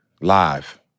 live